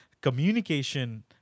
communication